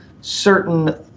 certain